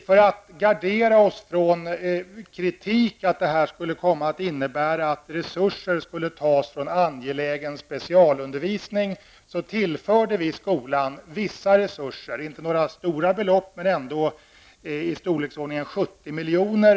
För att gardera oss mot kritiken att detta skulle komma att innebära att resurser skulle tas från angelägen specialundervisning tillförde vi skolan vissa resurser. Det var inte fråga om några stora belopp. Det rörde sig om drygt 70 miljoner.